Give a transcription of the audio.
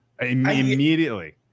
immediately